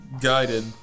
guided